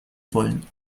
wollen